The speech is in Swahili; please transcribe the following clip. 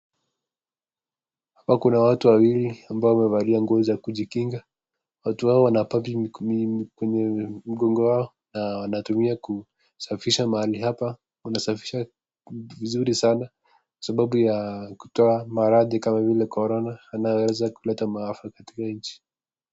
Hapa kuna watu wawili ambao wamevalia nguo za kujikinga, watu hawa wana bagi kwenye migongo yao na wanatumia kusafisha mahali hapa, wanasafisha vizuri sana, sababu ya kutoa maradhi kama vile corona yanayoweza kuleta maafa katika nchi.